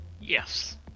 Yes